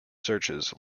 searches